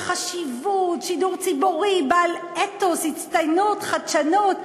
חשיבות, שידור ציבורי בעל אתוס, הצטיינות, חדשנות.